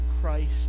Christ